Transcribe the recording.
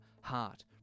Heart